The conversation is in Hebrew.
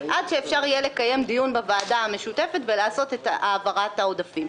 עד שאפשר יהיה לקיים דיון בוועדה המשותפת ולעשות את העברת העודפים.